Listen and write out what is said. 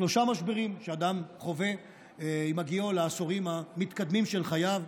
שלושה משברים שאדם חווה עם הגיעו לעשורים המתקדמים של חייו,